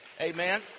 Amen